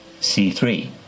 C3